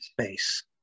space